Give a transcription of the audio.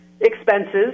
expenses